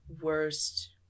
worst